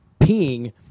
peeing